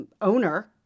owner